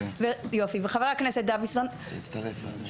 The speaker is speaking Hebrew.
וחבר הכנסת דוידסון הצטרף להגשה.